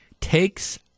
takes